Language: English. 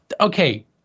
Okay